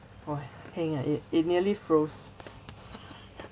!wah! heng ah it it nearly froze